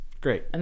great